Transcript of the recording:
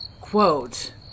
quote